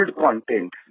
content